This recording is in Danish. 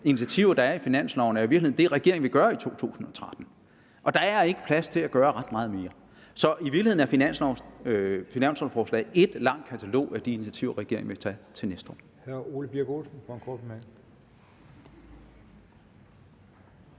initiativer, der er i finanslovforslaget, er jo i virkeligheden det, regeringen vil gøre i 2013. Og der er ikke plads til at gøre ret meget mere. Så i virkeligheden er finansloven et langt katalog over de initiativer, regeringen vil tage til næste år.